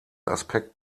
aspekt